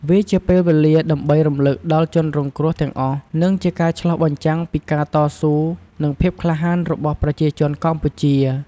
វាជាពេលវេលាដើម្បីរំលឹកដល់ជនរងគ្រោះទាំងអស់ និងជាការឆ្លុះបញ្ចាំងពីការតស៊ូ និងភាពក្លាហានរបស់ប្រជាជនកម្ពុជា។